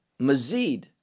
mazid